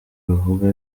bavuga